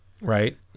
right